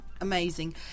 Amazing